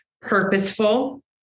purposeful